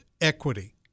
equity